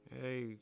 Hey